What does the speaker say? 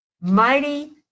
mighty